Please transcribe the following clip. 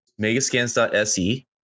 Megascans.se